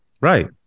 right